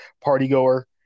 party-goer